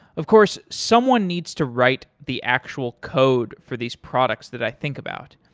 of course, someone needs to write the actual code for these products that i think about.